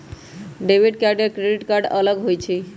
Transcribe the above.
Debit card या credit card अलग होईछ ई?